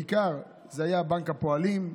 בעיקר, היה בנק הפועלים,